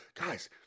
Guys